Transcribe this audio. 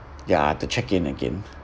ya to check in again